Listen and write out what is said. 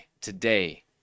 today